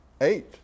Eight